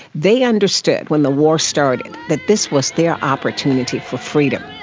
they understood when the war started that this was their opportunity for freedom,